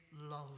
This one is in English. love